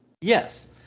Yes